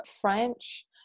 French